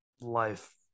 life